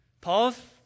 Pause